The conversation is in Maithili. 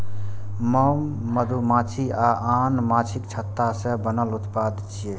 मोम मधुमाछी आ आन माछीक छत्ता सं बनल उत्पाद छियै